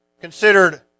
considered